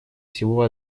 всего